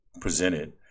presented